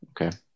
okay